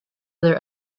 other